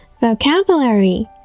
Vocabulary